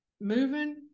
moving